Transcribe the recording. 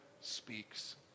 speaks